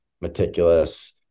meticulous